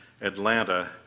Atlanta